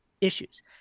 issues